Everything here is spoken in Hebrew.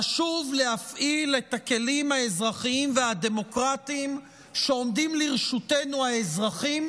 חשוב להפעיל את הכלים האזרחיים והדמוקרטיים שעומדים לרשותנו האזרחים